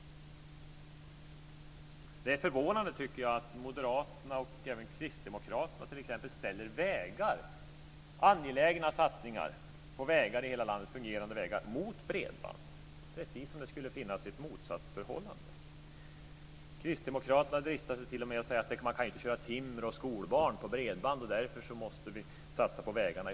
Det är förvånande att Moderaterna och Kristdemokraterna ställer angelägna satsningar på fungerande vägar i hela landet mot bredband - precis som om det skulle finnas ett motsatsförhållande! Kristdemokraterna dristar sig t.o.m. till att säga att det inte går att köra timmer och skolbarn på bredband, därför måste vi i första hand satsa på vägarna.